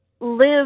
live